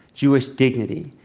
jewish dignity,